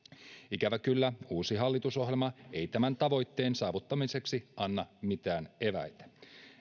ikävä kyllä uusi hallitusohjelma ei tämän tavoitteen saavuttamiseksi anna mitään eväitä